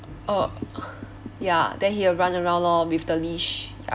uh ya then he will run around lor with the leash ya